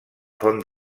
font